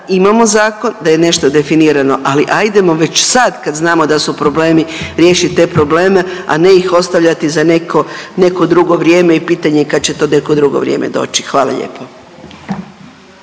imamo zakon, da je nešto definiramo, ali ajdemo već sad kad znamo da su problemi riješit te probleme, a ne ih ostavljati za neko, neko drugo vrijeme i pitanje je kad će to neko drugo vrijeme doći, hvala lijepo.